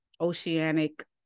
oceanic